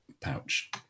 pouch